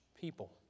people